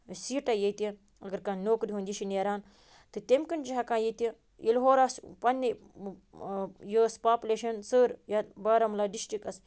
سیٖٹہٕ ییٚتہِ اگر کانٛہہ نوکری ہُنٛد کانٛہہ یہِ چھِ نٮ۪ران تہٕ تٔمۍ کِنۍ چھِ ہٮ۪کان ییٚتہِ ییٚلہِ ہوٚرٕ آسہٕ پَنٛنٕے یہِ ٲسۍ پاپٕلیشَن ژٕر یَتھ بارہمولہ ڈِسٹرکَس